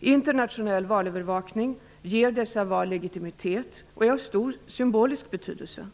Internationell valövervakning ger dessa val legitimitet och är av stor symbolisk betydelse.